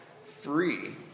free